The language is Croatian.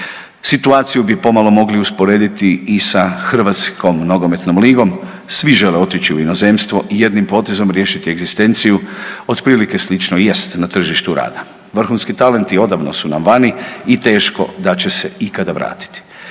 Situaciju bi pomalo mogli usporediti i sa Hrvatskom nogometnom ligom, svi žele otići u inozemstvo i jednim potezom riješit egzistenciju, otprilike slično i jest na tržištu rada. Vrhunski talenti odavno su nam vani i teško da će se ikada vratiti.